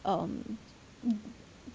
um